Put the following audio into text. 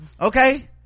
okay